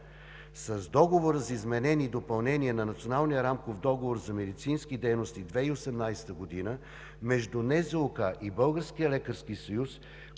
С Договора за изменение и допълнение на Националния рамков договор за медицински дейности 2018 г. между НЗОК и Българския лекарски съюз,